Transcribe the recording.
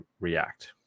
react